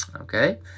okay